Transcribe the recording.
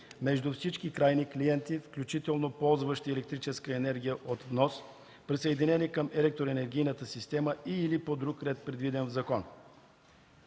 между всички крайни клиенти, включително ползващите електрическа енергия от внос, присъединени към електроенергийната система и/или по друг ред, предвиден в закона.